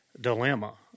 dilemma